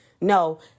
no